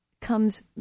comes